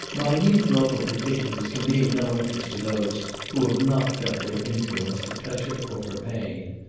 minute local particulars can be of no interest to those who have not felt their influence for pleasure or for pain.